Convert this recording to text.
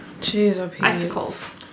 icicles